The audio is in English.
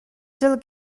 still